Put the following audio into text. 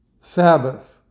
Sabbath